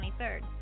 23rd